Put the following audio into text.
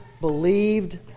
believed